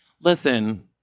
Listen